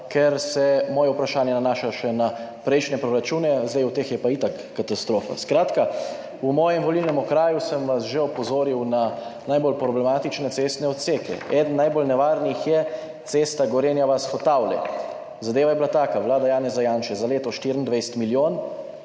ker se moje vprašanje nanaša še na prejšnje proračune, zdaj v teh je pa itak katastrofa. Skratka, v mojem volilnem okraju sem vas že opozoril na najbolj problematične cestne odseke. Eden najbolj nevarnih je cesta Gorenja vas–Hotavlje. Zadeva je bila taka, vlada Janeza Janše za leto 2024 milijon,